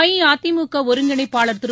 அஇஅதிமுக ஒருங்கிணைப்பாளர் திரு